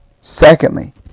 secondly